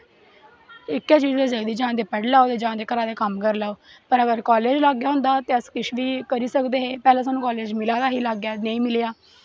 इक्कै होई सकदा जां ते पढ़ी लैओ ते जां ते घरा दे कम्म करी लैओ पर अगर कालेज लाग्गै होंदा हा अस किश बी करी सकदे हे सानूं कालेज मिला दा हा लाग्गै पर नेईं मिलेआ